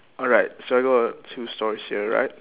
alright so I got two stories here alright